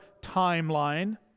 timeline